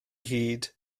hid